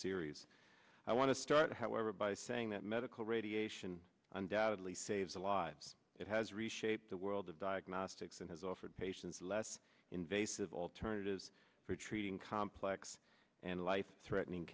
series i want to start however by saying that medical radiation undoubtedly saves the lives it has reshaped the world of diagnostics and has offered patients less invasive alternatives for treating complex and life threatening